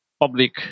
public